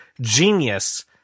genius